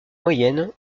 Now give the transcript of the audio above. moyenne